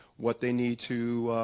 what they need to